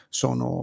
sono